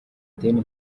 deni